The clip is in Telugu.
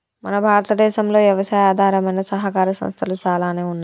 మన భారతదేసంలో యవసాయి ఆధారమైన సహకార సంస్థలు సాలానే ఉన్నాయి